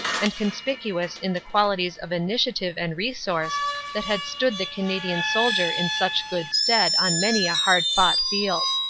and conspicuous in the qualities of initi ative and resource that had stood the canadian soldier in such good stead on many a hard-fought field.